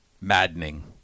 maddening